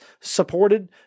supported